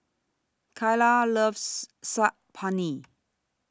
Kaylah loves Saag Paneer